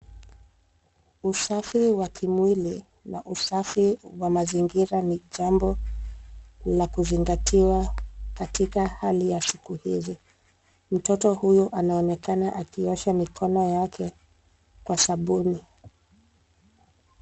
Usafi wa kimwili na usafi wa mazingira ni jambo la kuzingatiwa katika hali ya siku hizi. Mtoto huyu anaonekana akiosha mikono yake kwa sabuni.